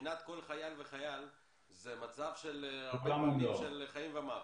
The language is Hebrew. מבחינת כל חייל וחייל זה מצב של חיים ומוות.